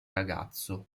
ragazzo